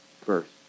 first